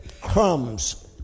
crumbs